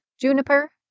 Juniper